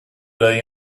day